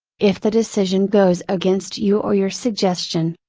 if the decision goes against you or your suggestion,